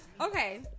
okay